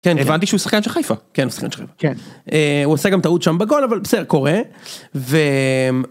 - כן הבנתי שהוא שחקן של חיפה - כן, הוא שחקן של חיפה - הוא עושה גם טעות שם בגול, אבל בסדר, קורה.